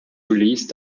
released